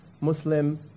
muslim